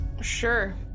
Sure